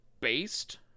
based